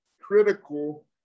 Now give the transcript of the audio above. critical